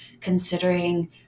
considering